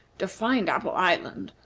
to find apple island,